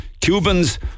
Cubans